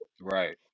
Right